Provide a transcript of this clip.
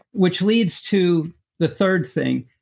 which leads to the third thing,